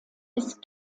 ist